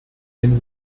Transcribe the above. wenn